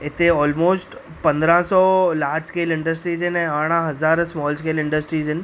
हिते ऑलमोस्ट पंद्रहां सौ लार्ज स्केल इंडस्ट्री जे लाइ अरिड़हां हज़ार स्मॉल स्केल इंडस्ट्रीस आहिनि